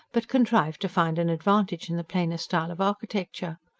but contrived to find an advantage in the plainer style of architecture.